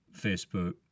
Facebook